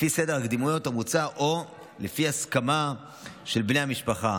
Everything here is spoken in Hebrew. לפי סדר הקדימויות המוצע או לפי הסכמה של בני המשפחה,